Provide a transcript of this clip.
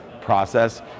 process